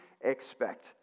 Expect